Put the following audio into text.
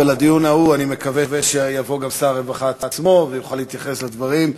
ולדיון ההוא אני מקווה שיבוא גם שר הרווחה עצמו ויוכל להתייחס לדברים.